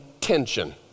tension